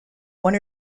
one